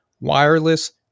wireless